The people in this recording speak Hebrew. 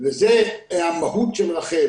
וזו המהות של רח"ל